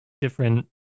different